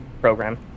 Program